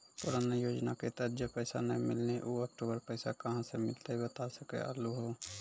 पुराना योजना के तहत जे पैसा नै मिलनी ऊ अक्टूबर पैसा कहां से मिलते बता सके आलू हो?